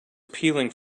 peeling